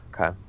Okay